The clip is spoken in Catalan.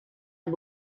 amb